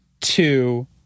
two